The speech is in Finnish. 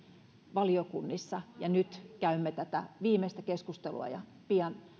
valiokunnissa ja nyt käymme tätä viimeistä keskustelua ja pian